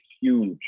huge